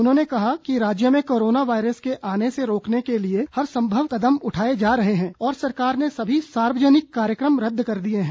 उन्होंने कहा कि राज्य में कोरोना वायरस को आने से रोकने के लिए हर संभव कदम उठाए जा रहे हैं और सरकार ने सभी सार्वजनिक कार्यक्रम रद्द कर दिए हैं